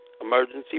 Emergency